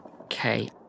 Okay